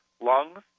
lungs